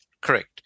correct